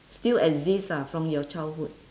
still exist ah from your childhood